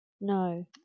No